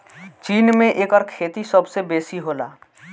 चीन में एकर खेती सबसे बेसी होला